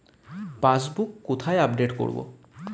Passbook কোথায় update করব?